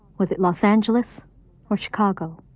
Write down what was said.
was it los angeles or chicago?